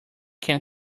can